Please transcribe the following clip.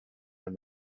and